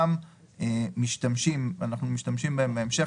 אנחנו משתמשים בהמשך,